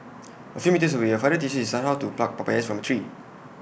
A few metres away A father teaches his son how to pluck papayas from A tree